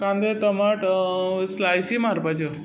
कांदे टमाट स्लायसी मारपाच्यो